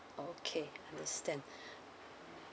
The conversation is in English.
okay understand